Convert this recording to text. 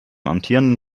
amtierenden